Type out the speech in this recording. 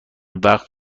وقت